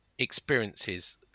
Experiences